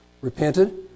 repented